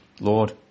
Lord